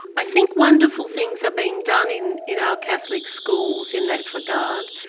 i think wonderful things are being done in in our catholic schools in that regard.